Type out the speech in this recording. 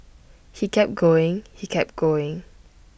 he kept going he kept going